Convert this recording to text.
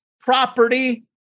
property